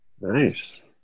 Nice